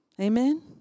amen